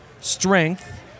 Strength